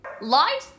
Light